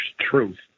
truth